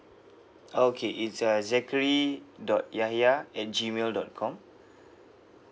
okay it's uh zachary dot yahya at G mail dot com